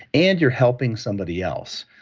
and you're helping somebody else.